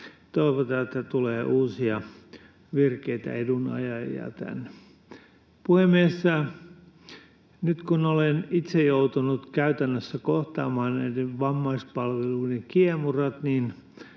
Toivotaan, että tulee uusia, virkeitä edunajajia tänne. Puhemies! Nyt kun olen itse joutunut käytännössä kohtaamaan nämä vammaispalvelulain kiemurat, niin